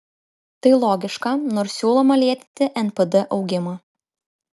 tai logiška nors siūloma lėtinti npd augimą